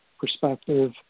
perspective